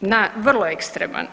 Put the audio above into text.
na, vrlo ekstreman.